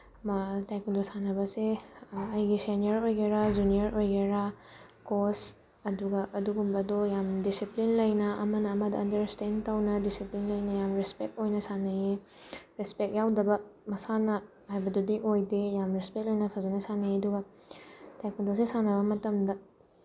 taekwondo ꯁꯥꯟꯅꯕꯁꯦ ꯑꯩꯒꯤ senior ꯑꯣꯏꯒꯦꯔꯥ ꯖꯨꯅꯤꯌꯔ ꯑꯣꯏꯒꯦꯔꯥ ꯀꯣꯆ ꯑꯗꯨꯒ ꯑꯗꯨꯒꯨꯝꯕꯗꯣ ꯌꯥꯝ ꯗꯤꯁꯤꯄ꯭ꯂꯤꯟ ꯂꯩꯅ ꯑꯃꯅ ꯑꯃꯗ ꯑꯟꯗꯔꯁꯇꯦꯟ ꯇꯧꯅ ꯗꯤꯁꯤꯄ꯭ꯂꯤꯟ ꯂꯩꯅ ꯌꯥꯝ ꯔꯦꯁꯄꯦꯛ ꯑꯣꯏꯅ ꯁꯥꯟꯅꯩꯌꯦ ꯔꯦꯁꯄꯦꯛ ꯌꯥꯎꯗꯕ ꯃꯁꯥꯟꯅ ꯍꯥꯏꯕꯗꯨꯗꯤ ꯑꯣꯏꯗꯦ ꯌꯥꯝ ꯔꯦꯁꯄꯦꯛ ꯂꯩꯅ ꯐꯖꯅ ꯁꯥꯟꯅꯩ ꯑꯗꯨꯒ ꯇꯥꯏꯀꯨꯟꯗꯣꯁꯦ ꯁꯥꯟꯅꯕ ꯃꯇꯝꯗ